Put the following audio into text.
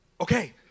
Okay